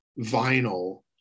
vinyl